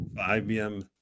ibm